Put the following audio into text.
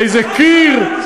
על זה כאיזה קיר,